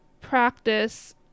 practice